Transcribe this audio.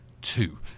two